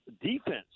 defense